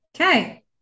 okay